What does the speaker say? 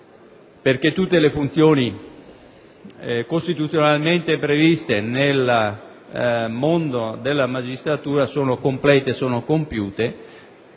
perché tutte le funzioni costituzionalmente previste nel mondo della magistratura sono compiute;